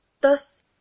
Thus